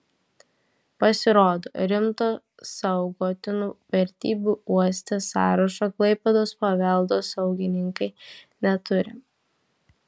pasirodo rimto saugotinų vertybių uoste sąrašo klaipėdos paveldosaugininkai neturi